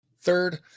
Third